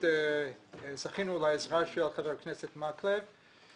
זכינו לעזרה של חבר הכנסת מקלב.